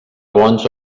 bons